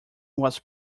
was